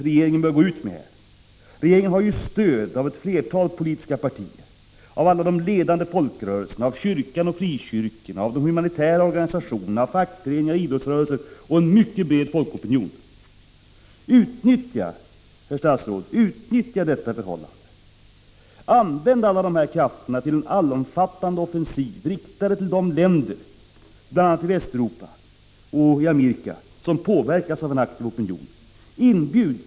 Regeringen har ju stöd av flertalet politiska partier, av alla de ledande folkrörelserna, av kyrkan, frikyrkorna, de humanitära organisationerna, fackföreningar, idrottsrörelsen och en mycket bred folkopinion. Utnyttja detta förhållande, herr statsråd! Använd alla dessa krafter till en allomfattande offensiv, riktad till de länder, bl.a. i Västeuropa och i Amerika, som påverkas av en aktiv opinion!